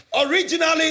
originally